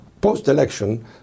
post-election